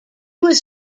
was